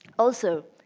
also,